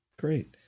Great